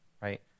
right